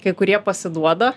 kai kurie pasiduoda